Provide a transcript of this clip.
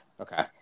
okay